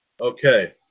Okay